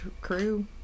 crew